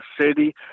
city